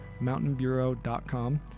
mountainbureau.com